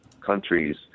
countries